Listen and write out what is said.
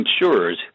insurers